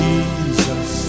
Jesus